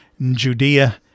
Judea